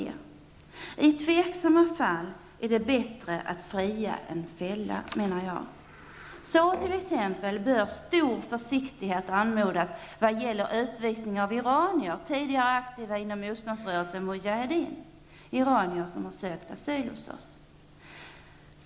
Jag menar att det i osäkra fall är bättre att fria än fälla. T.ex. bör stor försiktighet anmodas när det gäller utvisning av iranier som tidigare har varit aktiva inom motståndsrörelsen Mujaheddin och som har sökt asyl i Sverige.